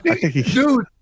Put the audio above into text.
Dude